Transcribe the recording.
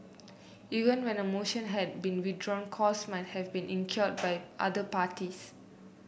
even when a motion had been withdrawn costs might have been incurred by other parties